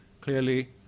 clearly